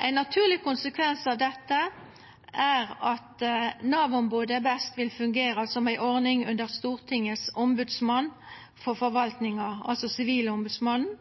Ein naturleg konsekvens av dette er at Nav-ombodet best vil fungera som ei ordning under Stortingets ombodsmann for forvaltinga, altså Sivilombodsmannen,